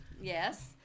Yes